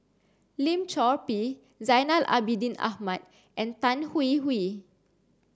Lim Chor Pee Zainal Abidin Ahmad and Tan Hwee Hwee